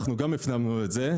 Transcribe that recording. הפנמנו את זה.